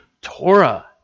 Torah